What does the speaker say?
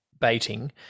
baiting